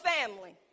family